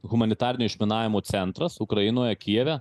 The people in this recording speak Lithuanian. humanitarinio išminavimo centras ukrainoje kijeve